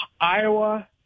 Iowa